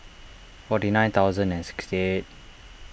forty nine thousand and sixty eight